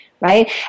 right